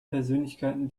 persönlichkeiten